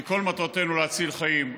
כי כל מטרתנו להציל חיים,